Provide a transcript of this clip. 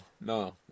no